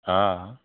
हाँ हाँ